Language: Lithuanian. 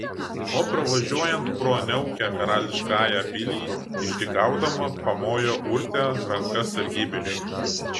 o pravažiuojant pro niaukią karališkąją pilį išdykaudama pamojo urtė ranka sargybiniui